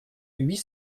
huit